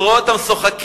שרואה אותם שוחקים,